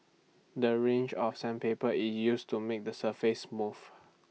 the range of sandpaper is used to make the surface smooth